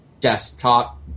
desktop